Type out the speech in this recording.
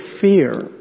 fear